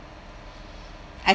I